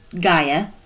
Gaia